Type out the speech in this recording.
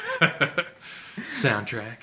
soundtrack